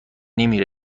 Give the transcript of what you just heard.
نمی